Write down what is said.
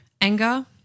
anger